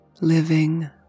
living